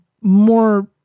more